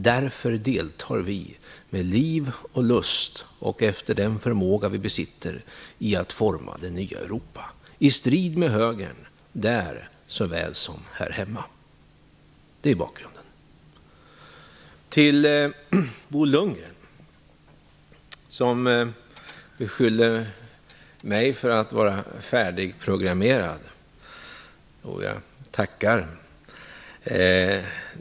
Därför deltar vi med liv och lust och efter den förmåga vi besitter i att forma det nya Europa - i strid med högern, där såväl som här hemma. Det är bakgrunden. Bo Lundgren beskyller mig för att vara färdigprogrammerad. Jo jag tackar!